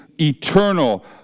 eternal